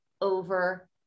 over